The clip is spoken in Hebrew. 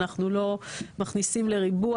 אנחנו לא מכניסים לריבוע